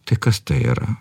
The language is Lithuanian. tai kas tai yra